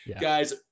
guys